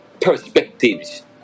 perspectives